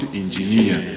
engineer